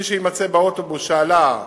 מי שיימצא שעלה לאוטובוס,